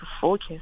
focus